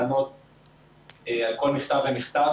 סיוע לעסקים קטנים ובינוניים,